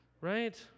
right